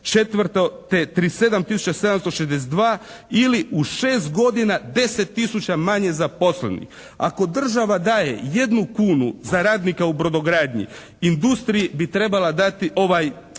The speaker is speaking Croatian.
2004. 37 762 ili u 6 godina 10 tisuća manje zaposlenih. Ako država daje jednu kunu za radnika u brodogradnji industriji bi trebala dati,